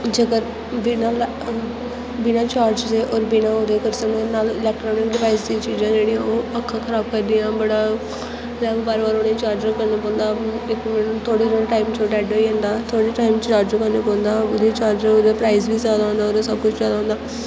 जेकर बिना ला बिना चार्जर दे और बिना ओहदे करी सकने नाल्लै इलैक्ट्रानिक डिवाइस दी चीजां जेह्डियां ओह् अक्खां खराब करदियां बड़ा बार बार उ'नें गी चार्ज करना पौंदा थोह्ड़े गै टाइम च ओह् डैड्ड होई जंदा थोह्ड़े टाइम च चार्ज करना पौंदा ओह्दा चार्जर ओह्दा प्राइज बी जैदा होंदा ओह्दे सब्भ कुछ जैदा होंदा